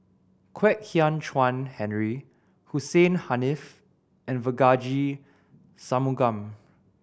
Kwek Hian Chuan Henry Hussein Haniff and Devagi Sanmugam